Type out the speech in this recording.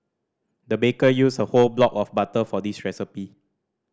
the baker used a whole block of butter for this recipe